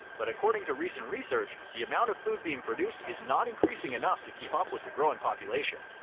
but according to recent research, the amount of food being produced is not increasing enough to keep up with the growing population,